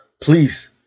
Please